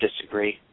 disagree